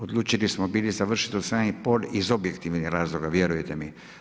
Odlučili smo bili završiti u sedam i pol iz objektivnih razloga, vjerujte mi.